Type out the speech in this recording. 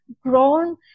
grown